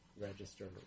register